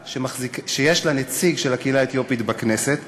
שיש לה נציג של הקהילה האתיופית בכנסת.